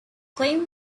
claim